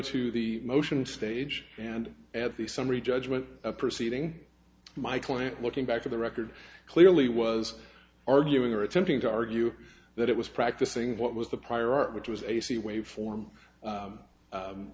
to the motion stage and at the summary judgment proceeding my client looking back to the record clearly was arguing or attempting to argue that it was practicing what was the prior art which was ac waveform u